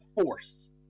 force